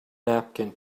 napkin